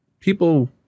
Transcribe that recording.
people